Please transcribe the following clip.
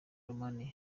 romania